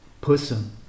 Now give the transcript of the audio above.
person